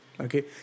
Okay